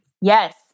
Yes